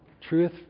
truth